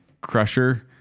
Crusher